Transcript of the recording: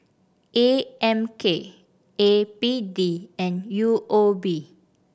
A M K A P D and U O B